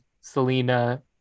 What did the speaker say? Selena